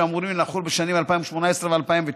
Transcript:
שאמורים לחול בשנים 2018 ו-2019,